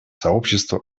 сообщество